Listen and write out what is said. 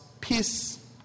Peace